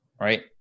Right